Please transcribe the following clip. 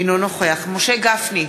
אינו נוכח משה גפני,